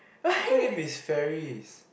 how can it be fairy